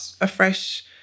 afresh